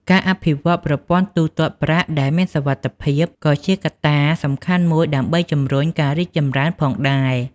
ការអភិវឌ្ឍប្រព័ន្ធទូទាត់ប្រាក់ដែលមានសុវត្ថិភាពក៏ជាកត្តាសំខាន់មួយដើម្បីជំរុញការរីកចម្រើនផងដែរ។